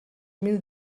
mil